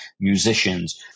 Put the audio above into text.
musicians